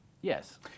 Yes